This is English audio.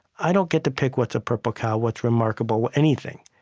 i don't get to pick what's a purple cow, what's remarkable anything.